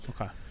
Okay